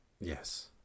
Yes